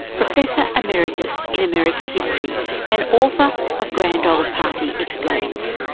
professor emeritus in american history and author of grand old party, explains.